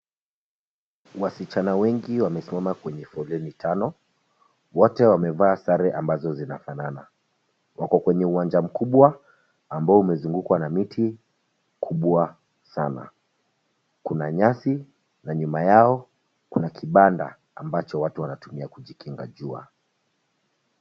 Wasichana wengi wamesimama kwenye foleni tano, wote wamevaa sare ambazo zinafanana wako kwenye uwanja mkubwa ambao umezungukwa na miti kubwa sana. Kuna nyasi na nyuma yao kuna kibanda ambacho watu wanatumia kujikinga jua.